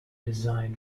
design